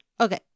Okay